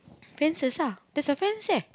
fences ah there's a fence there